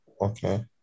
Okay